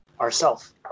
ourself